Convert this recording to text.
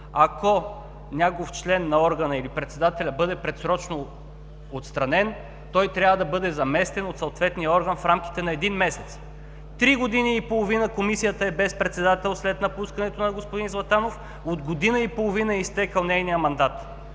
Ако някой член на органа или председателят бъде предсрочно отстранен, той трябва да бъде заместван от съответния орган в рамките на един месец. Три години и половина Комисията е без председател, след напускането на господин Златанов. От година и половина е изтекъл нейният мандат.